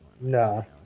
No